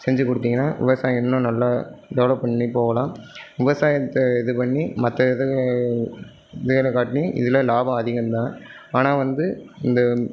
செஞ்சு குடுத்தீங்கனா விவசாயம் இன்னும் நல்லா டெவலப் பண்ணி போகலாம் விவசாயத்தை இது பண்ணி மற்ற இது இதுங்களைகாட்டி இதில் லாபம் அதிகம்தான் ஆனால் வந்து இந்த